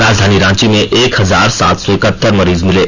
राजधानी रांची में एक हजार सात सौ इकहत्तर मरीज मिले